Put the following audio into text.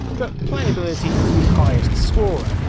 but playability is the highest scorer